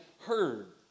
heard